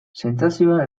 sentsazioa